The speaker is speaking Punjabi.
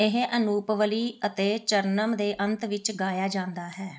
ਇਹ ਅਨੁਪਵਲੀ ਅਤੇ ਚਰਨਮ ਦੇ ਅੰਤ ਵਿੱਚ ਗਾਇਆ ਜਾਂਦਾ ਹੈ